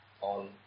on